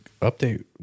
update